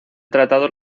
tratados